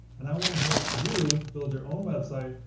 and i want to help you build your own website,